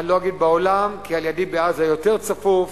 לא אגיד בעולם, כי על-ידי, בעזה, יותר צפוף,